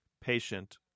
patient